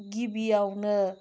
गिबियावनो